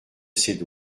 ses